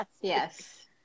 Yes